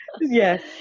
Yes